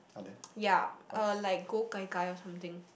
ya uh like go Gai Gai or something